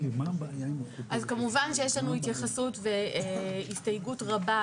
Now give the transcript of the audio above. אז כמובן שיש לנו התייחסות והסתייגות רבה.